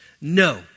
No